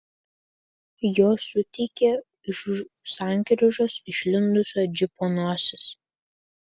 jos suteikė iš už sankryžos išlindusio džipo nosis